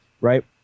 right